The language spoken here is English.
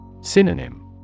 Synonym